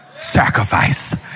sacrifice